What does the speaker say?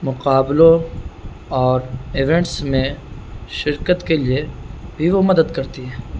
مقابلوں اور ایونٹس میں شرکت کے لیے بھی وہ مدد کرتی ہے